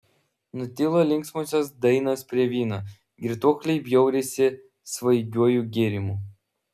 nutilo linksmosios dainos prie vyno girtuokliai bjaurisi svaigiuoju gėrimu